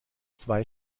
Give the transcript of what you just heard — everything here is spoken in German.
zwei